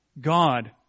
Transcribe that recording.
God